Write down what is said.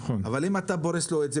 אבל אתה פורס לו את זה.